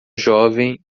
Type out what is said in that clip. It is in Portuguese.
jovem